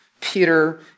Peter